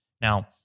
Now